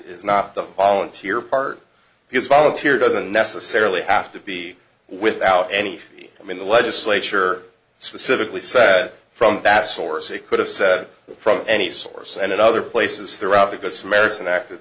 is not the volunteer part his volunteer doesn't necessarily have to be without any fee i mean the legislature specifically said from that source it could have said from any source and at other places throughout the good samaritan act